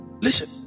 Listen